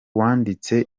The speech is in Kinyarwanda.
wanditse